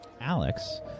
Alex